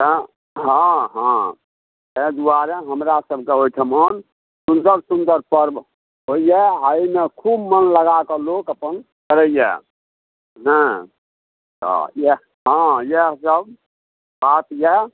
तेँ हँ हँ ताहि दुआरे हमरासबके ओहिठाम सुन्दर सुन्दर पर्व होइए आओर एहिमे खूब मोन लगाकऽ लोक अपन करैए ने हँ इएह हँ इएहसब बात अइ